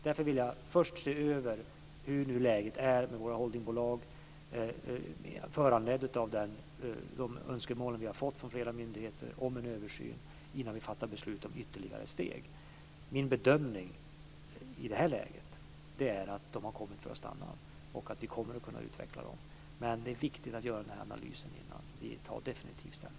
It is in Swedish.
Därför vill jag först se över hur läget är med våra holdingbolag, föranlett av de önskemål som vi har fått från flera myndigheter om en översyn, innan vi fattar beslut om ytterligare steg. Min bedömning i det här läget är att de har kommit för att stanna och att vi kommer att kunna utveckla dem. Men det är viktigt att göra den här analysen innan vi tar definitiv ställning.